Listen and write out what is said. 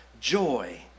joy